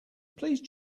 please